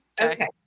okay